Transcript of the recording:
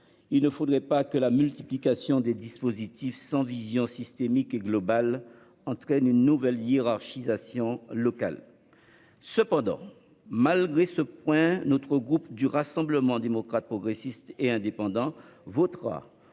Il ne faudrait pas que la multiplication des dispositifs, sans vision systémique et globale, entraîne une nouvelle hiérarchisation locale. Malgré cela, le groupe Rassemblement des démocrates, progressistes et indépendants votera